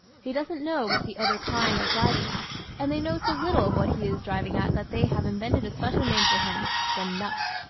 he doesn't know what the other kind are driving at and they know so little of what he is driving at that they have invented a special name for him the nut.